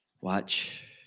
Watch